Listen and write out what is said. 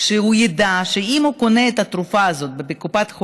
שהוא ידע שאם הוא קונה את התרופה הזאת בבית